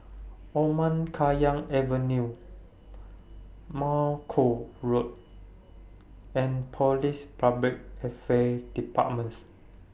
Omar Khayyam Avenue Malcolm Road and Police Public Affairs Departments